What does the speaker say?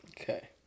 okay